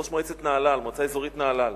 ראש המועצה האזורית מנהלל,